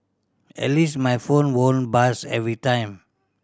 at least my phone won't buzz every time